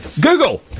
Google